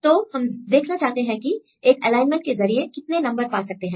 तो हम देखना चाहते हैं कि एक एलाइनमेंट के जरिए कितने नंबर पा सकते हैं